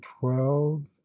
twelve